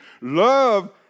Love